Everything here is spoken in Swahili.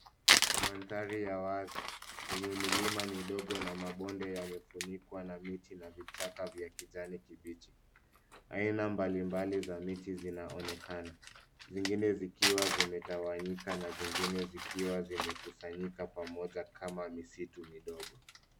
Mandhari ya wazi yenye milima midogo na mabonde yamefunikwa na miti na vichaka vya kijani kibichi. Aina mbalimbali za miti zinaonekana, zingine zikiwa zimetawanyika na zingine zikiwa zimekusanyika pamoja kama misitu midogo.